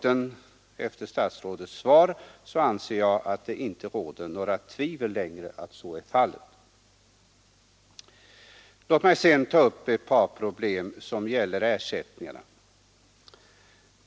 Efter statsrådets svar anser jag att det inte längre råder något tvivel om att så är fallet. Låt mig sedan ta upp ett par problem som gäller ersättningarna.